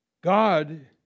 God